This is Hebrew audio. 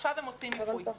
עכשיו הם עושים מיפוי.